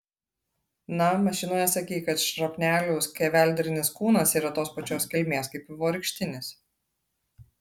na mašinoje sakei kad šrapnelių skeveldrinis kūnas yra tos pačios kilmės kaip vaivorykštinis